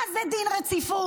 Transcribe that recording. מה זה דין רציפות?